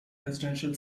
residential